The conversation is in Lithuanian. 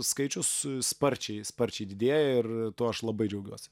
skaičius sparčiai sparčiai didėja ir tuo aš labai džiaugiuosi